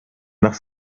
nach